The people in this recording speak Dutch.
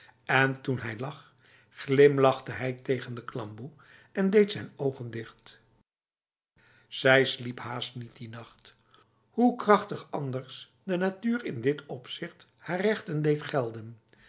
en toen hij lag glimlachte hij tegen de klamboe en deed zijn ogen dicht zij sliep haast niet die nacht hoe krachtig anders de natuur in dit opzicht haar rechten deed gelden